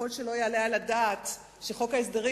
וכפי שלא יעלה על הדעת שחוק ההסדרים